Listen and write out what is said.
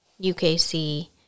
UKC